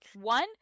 one